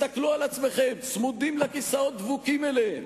צמודים לכיסאות, דבוקים אליהם.